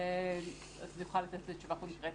אז נוכל לתת תשובה קונקרטית.